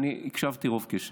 אני הקשבתי רוב קשב.